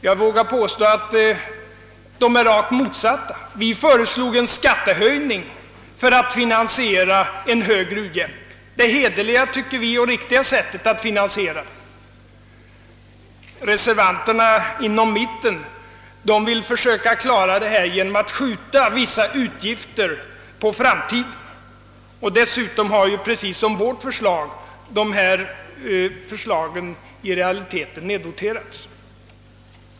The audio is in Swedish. Jag vågar påstå att ståndpunkterna är rakt motsatta varandra. Vi föreslog en skattehöjning för att finansiera en större u-hjälp, ty detta är enligt vår åsikt det hederliga och riktiga sättet att finansiera ökningen. Reservanterna inom mitten vill försöka klara saken genom att skjuta vissa utgifter på framtiden och dessutom har ju deras förslag liksom vårt i realiteten nedvoterats.